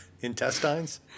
Intestines